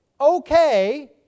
okay